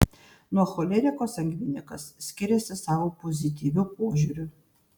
nuo choleriko sangvinikas skiriasi savo pozityviu požiūriu